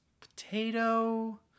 potato